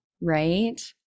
right